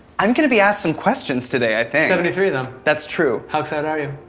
i'm gonna be asked some questions today, i think. seventy three of them. that's true. how excited are you?